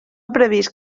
previst